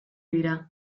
dira